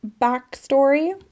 backstory